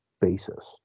basis